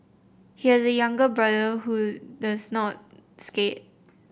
he has a younger brother who does not skate